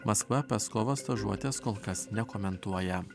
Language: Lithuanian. maskva paskovos stažuotės kol kas nekomentuoja